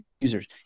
users